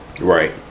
Right